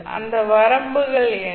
அந்த வரம்புகள் என்ன